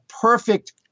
perfect